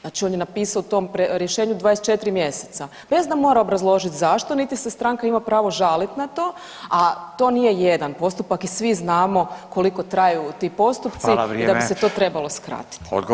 Znači on je napisao u tom rješenju 24 mjeseca bez da mora obrazložiti zašto, niti se stranka ima pravo žaliti na to, a to nije jedna postupak i svi znamo koliko traju ti postupci [[Upadica: Hvala vrijeme.]] i da bi se to trebalo skratiti.